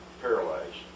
paralyzed